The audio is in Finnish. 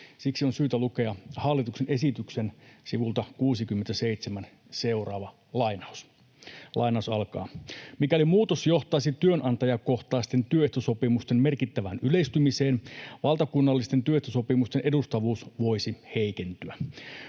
Siksi on syytä lukea hallituksen esityksen sivulta 67 seuraava lainaus: ”Mikäli muutos johtaisi työnantajakohtaisten työehtosopimusten merkittävään yleistymiseen, valtakunnallisten työehtosopimusten edustavuus voisi heikentyä.